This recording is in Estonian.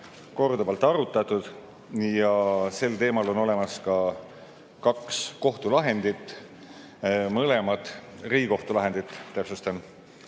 korduvalt arutatud ja sel teemal on olemas ka kaks kohtulahendit, täpsustan: Riigikohtu lahendit.